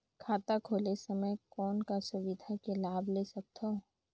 खाता खोले समय कौन का सुविधा के लाभ ले सकथव?